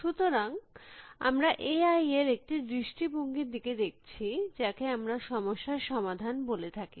সুতরাং আমরা A I এর একটি দৃষ্টিভঙ্গি র দিকে দেখছি যাকে আমরা সমস্যার সমাধান বলে থাকি